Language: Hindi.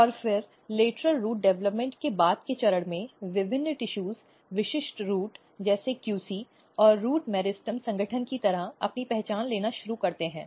और फिर लेटरल रूट विकास के बाद के चरण में विभिन्न ऊतक विशिष्ट रूट जैसे QC और रूट मेरिस्टेम संगठन की तरह अपनी पहचान लेना शुरू करते हैं